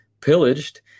pillaged